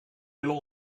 willen